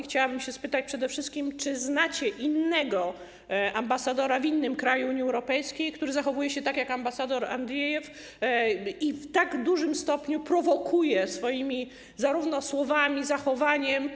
Chciałabym zapytać przede wszystkim o to, czy znacie innego ambasadora w innym kraju Unii Europejskiej, który zachowuje się tak jak ambasador Andriejew i w tak dużym stopniu prowokuje zarówno swoimi słowami, jak i zachowaniem.